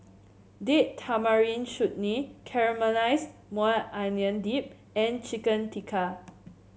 Date Tamarind Chutney Caramelized Maui Onion Dip and Chicken Tikka